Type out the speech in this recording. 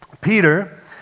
Peter